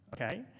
okay